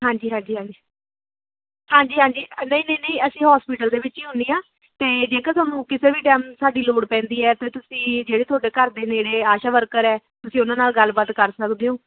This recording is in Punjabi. ਹਾਂਜੀ ਹਾਂਜੀ ਹਾਂਜੀ ਹਾਂਜੀ ਹਾਂਜੀ ਨਹੀਂ ਨਹੀਂ ਨਹੀਂ ਅਸੀਂ ਹੋਸਪਿਟਲ ਦੇ ਵਿੱਚ ਹੀ ਹੁੰਦੀ ਹਾਂ ਅਤੇ ਜੇਕਰ ਤੁਹਾਨੂੰ ਕਿਸੇ ਵੀ ਟਾਈਮ ਸਾਡੀ ਲੋੜ ਪੈਂਦੀ ਹੈ ਫਿਰ ਤੁਸੀਂ ਜਿਹੜੇ ਤੁਹਾਡੇ ਘਰ ਦੇ ਨੇੜੇ ਆਸ਼ਾ ਵਰਕਰ ਹੈ ਤੁਸੀਂ ਉਹਨਾਂ ਨਾਲ ਗੱਲਬਾਤ ਕਰ ਸਕਦੇ ਹੋ